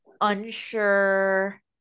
Unsure